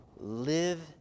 live